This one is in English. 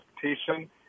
Transportation